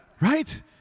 right